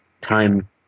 time